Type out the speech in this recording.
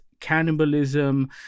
cannibalism